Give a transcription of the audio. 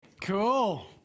Cool